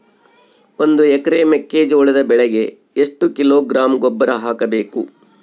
ಒಂದು ಎಕರೆ ಮೆಕ್ಕೆಜೋಳದ ಬೆಳೆಗೆ ಎಷ್ಟು ಕಿಲೋಗ್ರಾಂ ಗೊಬ್ಬರ ಹಾಕಬೇಕು?